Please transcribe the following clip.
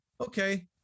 okay